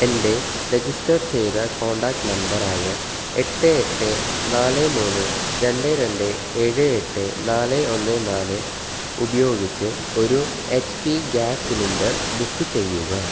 എൻ്റെ രജിസ്റ്റർ ചെയ്ത കോൺടാക്റ്റ് നമ്പറായ എട്ട് എട്ട് നാല് മൂന്ന് രണ്ട് രണ്ട് ഏഴ് എട്ട് നാല് ഒന്ന് നാല് ഉപയോഗിച്ച് ഒരു H P gas cylinder book ചെയ്യുക